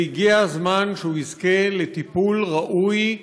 והגיע הזמן שהוא יזכה לטיפול ראוי,